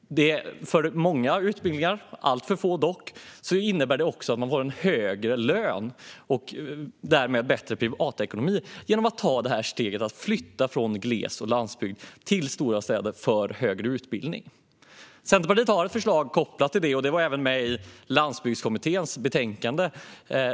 För många, dock alltför få, innebär det också att man får en högre lön och därmed bättre privatekonomi genom att ta steget att flytta från gles och landsbygd till stora städer för högre utbildning. Centerpartiet har ett förslag kopplat till detta, och det var även med i landsbygdskommitténs betänkande.